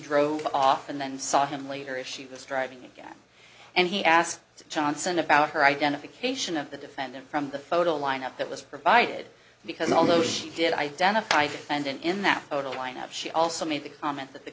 drove off and then saw him later if she was driving again and he asked johnson about her identification of the defendant from the photo lineup that was provided because although she did identify fenton in that photo lineup she also made the comment that the